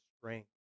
strength